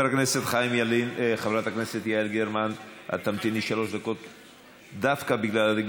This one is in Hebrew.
גברתי, אני אפשרתי לך לדבר.